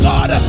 God